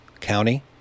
county